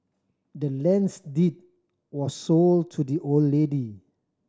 the land's deed was sold to the old lady